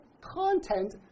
content